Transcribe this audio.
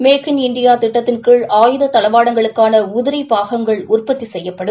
make in India திட்டத்தின் கீழ் ஆயுத தடவாடங்களுக்கான உதிரிப் பாகங்கள் உற்பத்தி செய்யப்படும்